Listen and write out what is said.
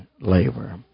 Labor